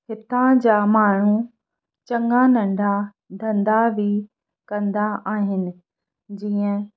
हितां जा माण्हू चंङा नंढा धंधा बि कंदा आहिनि जीअं